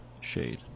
shade